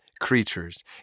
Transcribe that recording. creatures